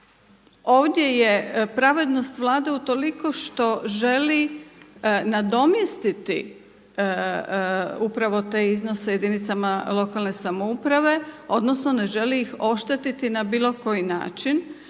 ovdje je pravednost Vlade utoliko što želi nadomjestiti upravo te iznose jedinicama lokalne samouprave odnosno ne želi ih ošteti na bilo koji način